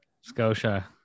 Scotia